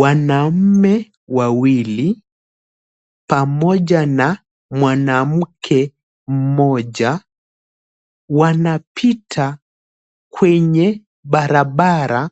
Wanaume wawili pamoja na mwanamke mmoja wanapita kwenye barabara